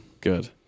Good